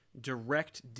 direct